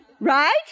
Right